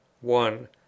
one